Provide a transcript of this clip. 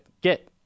Get